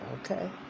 okay